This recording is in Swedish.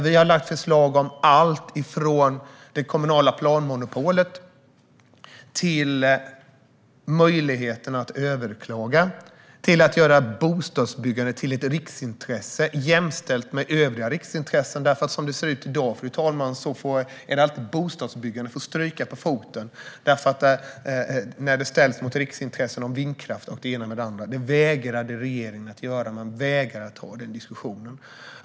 Vi har lagt fram förslag om alltifrån det kommunala planmonopolet och möjligheten att överklaga till att göra bostadsbyggandet till ett riksintresse jämställt med övriga riksintressen. Som det ser ut i dag, fru talman, är det nämligen alltid bostadsbyggandet som får stryka på foten när det ställs mot riksintressen om vindkraft och det ena med det andra. Det vägrade regeringen att göra; man vägrar att ta den diskussionen.